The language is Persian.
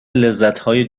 لذتهای